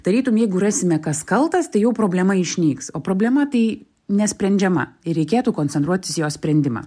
tarytum jeigu rasime kas kaltas tai jau problema išnyks o problema tai nesprendžiama ir reikėtų koncentruotis jos sprendimą